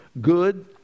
good